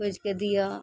खोजिके दिअ